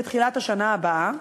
בתחילת השנה הבאה,